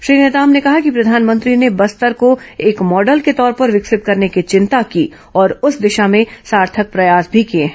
श्री नेताम ने कहा कि प्रधानमंत्री ने बस्तर को एक मॉडल के तौर पर विकसित करने की चिंता की और उस दिशा में सार्थक प्रयास भी किए हैं